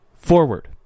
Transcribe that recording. forward